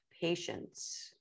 Patience